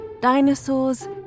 dinosaurs